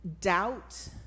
doubt